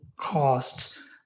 costs